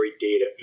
data